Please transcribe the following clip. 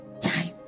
time